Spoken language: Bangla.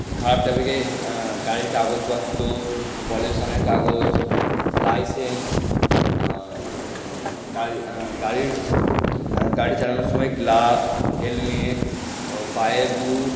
খারাপ ট্র্যাফিকে গাড়ির কাগজপত্র পলিউশনের কাগজ লাইসেন্স গাড়ির গাড়ির গাড়ি চালানোর সময় গ্লাভস হেলমেট ও পায়ে বুট